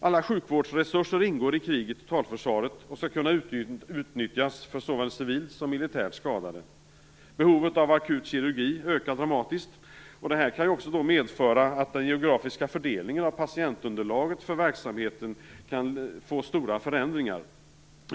Alla sjukvårdsresurser ingår i krig i totalförsvaret och skall kunna utnyttjas för såväl civilt som militärt skadade. Behovet av akut kirurgi ökar dramatiskt, vilket kan medföra stora förändringar av den geografiska fördelningen av patientunderlaget för verksamheten.